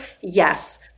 Yes